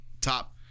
top